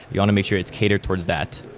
you want to make sure it's catered towards that.